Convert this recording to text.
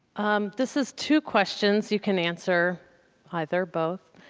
um this is two questions. you can answer either, both.